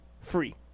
free